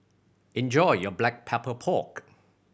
enjoy your Black Pepper Pork